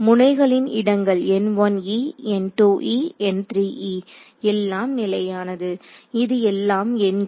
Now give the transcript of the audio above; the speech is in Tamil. முனைகளின் இடங்கள் எல்லாம் நிலையானது இது எல்லாம் எண்கள்